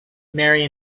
marry